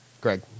Greg